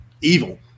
evil